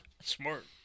Smart